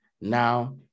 now